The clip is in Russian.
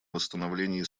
восстановлении